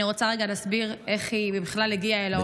אני רוצה רגע להסביר איך היא בכלל הגיעה אל העולם.